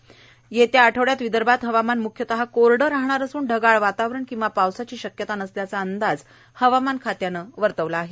दरम्यान येत्या आठवड्यात विदर्भात हवामान म्ख्यतः कोरडं राहणार असून ढगाळ वातावरण किंवा पावसाची शक्यता नसल्याचं अंदाज हवामान खात्यानं वर्तवलं आहे